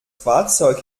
fahrzeug